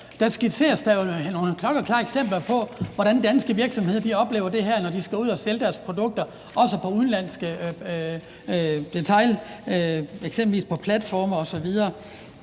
der er jo nogle klokkeklare eksempler på, hvordan danske virksomheder oplever det her, når de skal ud og sælge deres produkter – også i forhold til udenlandsk detail, eksempelvis på platforme osv.